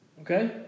Okay